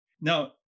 Now